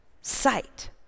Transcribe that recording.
sight